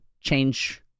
change